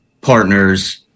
partners